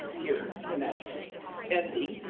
here, in that entity.